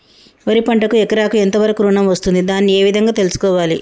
వరి పంటకు ఎకరాకు ఎంత వరకు ఋణం వస్తుంది దాన్ని ఏ విధంగా తెలుసుకోవాలి?